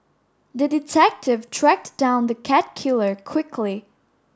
the detective tracked down the cat killer quickly